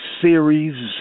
series